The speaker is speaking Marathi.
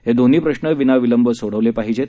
हे दोन्ही प्रश्र बिनाविलंब सोडवले पाहिजे